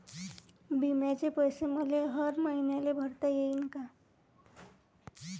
बिम्याचे पैसे मले हर मईन्याले भरता येईन का?